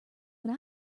when